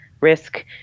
risk